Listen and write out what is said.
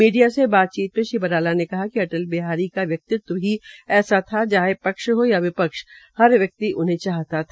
media से बातचीत में श्री बराला ने कहा कि अटल बिहारी वाजपेयी का व्यक्तित्व ही ऐसा था कि चाहे पक्ष हो या विपक्ष हर व्यकित उन्हें चाहता था